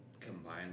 combine